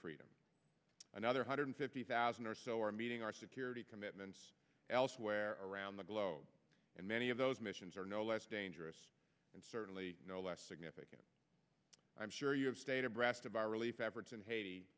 freedom another hundred fifty thousand or so are meeting our security commitments elsewhere around the globe and many of those missions are no less dangerous and certainly no less significant i'm sure you have stated rest of our relief efforts in haiti